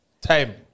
time